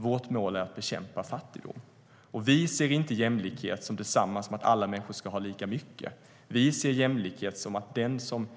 Vårt mål är att bekämpa fattigdom. Vi ser inte jämlikhet som detsamma som att alla människor ska ha lika mycket. Vi ser jämlikhet som att den som